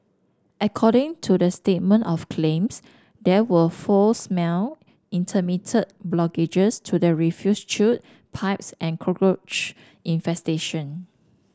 according to the statement of claims there were foul smell intermittent blockages to the refuse chute pipes and cockroach infestation